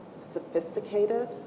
sophisticated